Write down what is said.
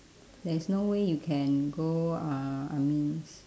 there is no way you can go uh I means